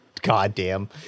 goddamn